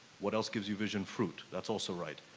what else gives you vision? fruit. that's also right.